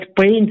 paint